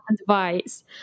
advice